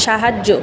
সাহায্য